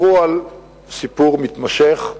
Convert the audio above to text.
סיפרו על סיפור מתמשך,